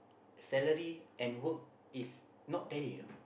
salary and work is not tally ah